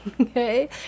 Okay